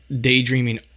daydreaming